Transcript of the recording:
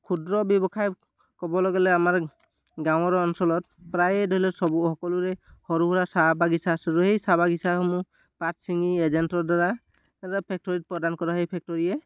ক্ষুদ্ৰ ব্যৱসায় ক'বলৈ গ'লে আমাৰ গাঁৱৰ অঞ্চলত প্ৰায়ে ধৰি লওক সব সকলোৰে সৰু সুৰা চাহ বাগিচা আছিলোঁ সেই চাহ বাগিচাসমূহ পাত ছিঙি এজেণ্টৰ দ্বাৰা ফেক্টৰীত প্ৰদান কৰা সেই ফেক্টৰীয়ে